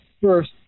first